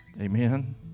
Amen